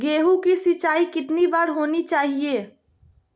गेहु की सिंचाई कितनी बार होनी चाहिए?